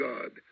God